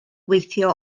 gweithio